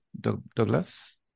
Douglas